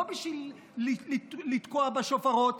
לא בשביל לתקוע בשופרות,